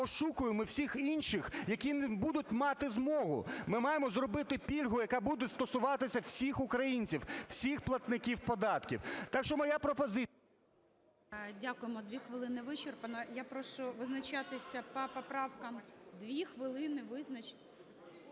ошукуємо всіх інших, які не будуть мати змогу. Ми маємо зробити пільгу, яка буде стосуватися всіх українців, всіх платників податків. Так що моя пропозиція… ГОЛОВУЮЧИЙ. Дякуємо, 2 хвилини вичерпано. Я прошу визначатися по поправках… 2 хвилини… Друзі,